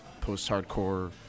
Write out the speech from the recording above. post-hardcore